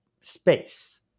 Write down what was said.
space